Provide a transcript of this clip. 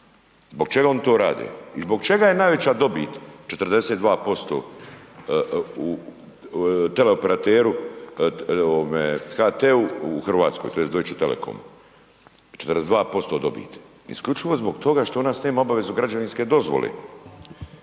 Zbog čega oni to rade? I zbog čega je najveća dobit, 42% teleoperateru, ovome HT-u u Hrvatskoj, tj. Deutsche Telekom? 42% dobiti? Isključivo zbog toga što od nas nema obavezu građevinske dozvole.